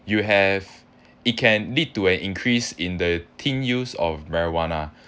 you have it can lead to an increase in the teen use of marijuana